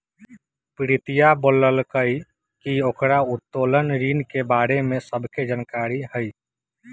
प्रीतिया बोललकई कि ओकरा उत्तोलन ऋण के बारे में सभ्भे जानकारी हई